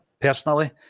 Personally